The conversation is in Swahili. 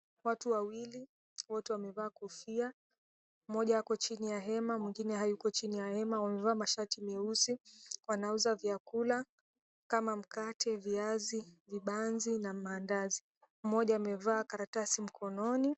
Watu wawili, wote wamevaa kofia. Mmoja ako chini ya hema, mwingine hayuko chini ya hema wamevaa mashati meusi. Wanauza vyakula kama mkate, viazi, vibanzi na mandazi. Mmoja amevaa karatasi mkononi.